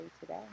today